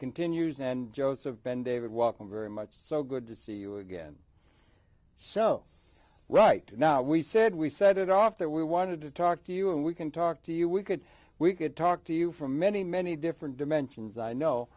continues and joseph ben david walker very much so good to see you again so right now we said we said it off there we wanted to talk to you and we can talk to you we could we could talk to you for many many different dimensions i know